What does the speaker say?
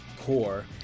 core